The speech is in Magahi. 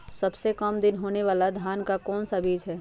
सबसे काम दिन होने वाला धान का कौन सा बीज हैँ?